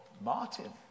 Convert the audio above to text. Martin